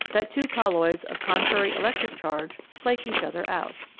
that two colloids of contrary electric charge flake each other out.